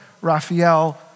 Raphael